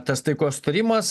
tas taikos sutarimas